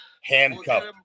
handcuffed